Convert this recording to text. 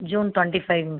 June twenty ஃபைவ்ங்க